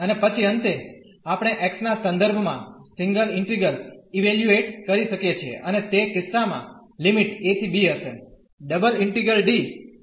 અને પછી અંતે આપણે x ના સંદર્ભમાં સિંગલ ઇન્ટીગ્રલ ઇવેલ્યુએટ કરી શકીએ છીએ અને તે કિસ્સામાં લિમિટ a ¿ b હશે